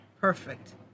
Perfect